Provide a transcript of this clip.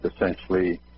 essentially